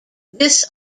this